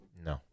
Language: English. No